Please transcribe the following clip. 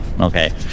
okay